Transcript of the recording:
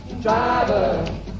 driver